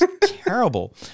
terrible